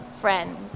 friend